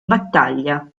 battaglia